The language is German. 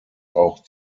auch